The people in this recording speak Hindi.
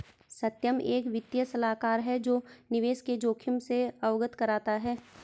सत्यम एक वित्तीय सलाहकार है जो निवेश के जोखिम से अवगत कराता है